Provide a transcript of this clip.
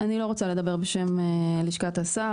אני לא רוצה לדבר בשם לשכת השר,